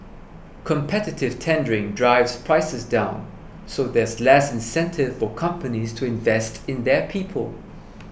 competitive tendering drives prices down so there's less incentive for companies to invest in their people